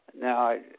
Now